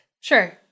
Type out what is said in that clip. Sure